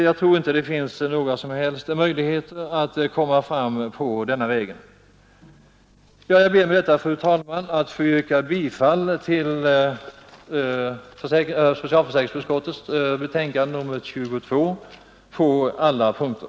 Jag tror inte att det finns några som helst möjligheter att komma fram den vägen. Jag ber med detta, fru talman, att få yrka bifall till socialutskottets betänkande nr 22 på alla punkter.